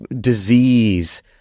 disease